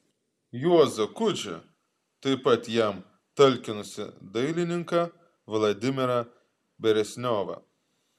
juozą kudzį taip pat jam talkinusį dailininką vladimirą beresniovą